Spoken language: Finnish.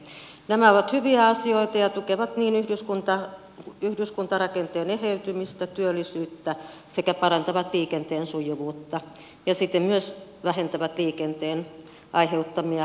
nämä ovat hyviä asioita ja tukevat yhdyskuntarakenteen eheytymistä työllisyyttä sekä parantavat liikenteen sujuvuutta ja siten myös vähentävät liikenteen aiheuttamia haittoja